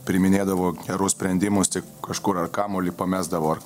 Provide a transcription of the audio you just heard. priiminėdavo gerus sprendimus tik kažkur ar kamuolį pamesdavo